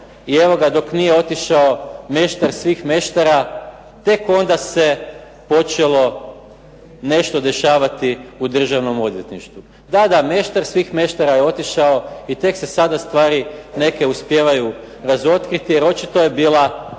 i evo ga dok nije otišao meštar svih meštara tek onda se počelo nešto dešavati u državnom odvjetništvu. Da, da, meštar svih meštara je otišao i tek se sada stvari neke uspijevaju razotkriti jer očito je bila jedna